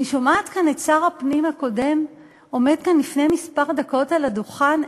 אני שומעת כאן את שר הפנים הקודם עומד כאן לפני כמה דקות על הדוכן,